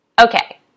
Okay